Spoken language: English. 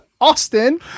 Austin